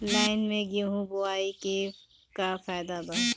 Line से गेहूं बोआई के का फायदा बा?